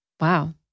Wow